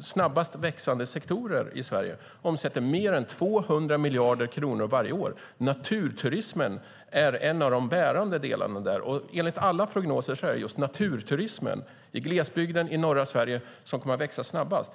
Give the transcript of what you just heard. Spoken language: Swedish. snabbast växande sektorer i Sverige, och den omsätter mer än 200 miljarder kronor varje år. Naturturismen är en av de bärande delarna där. Enligt alla prognoser är det just naturturismen i glesbygden i norra Sverige som kommer att växa snabbast.